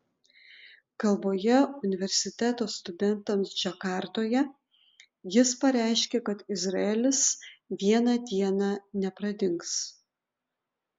kalboje universiteto studentams džakartoje jis pareiškė kad izraelis vieną dieną nepradings